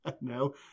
No